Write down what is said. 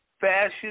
fashion